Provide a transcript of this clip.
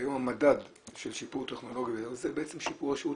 שהיום המדד של שיפור טכנולוגיה זה בעצם שיפור השירות,